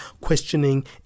questioning